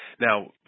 Now